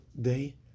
day